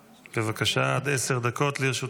בבקשה, עד עשר דקות לרשותך.